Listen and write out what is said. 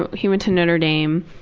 but he went to notre dame.